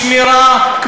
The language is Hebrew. בשמירה,